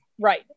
Right